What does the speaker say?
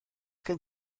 gen